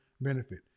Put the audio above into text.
benefit